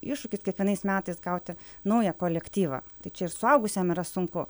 iššūkis kiekvienais metais gauti naują kolektyvą tai čia ir suaugusiam yra sunku